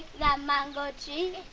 the mango